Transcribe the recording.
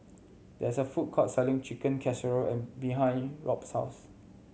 there is a food court selling Chicken Casserole and behind Robb's house